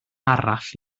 arall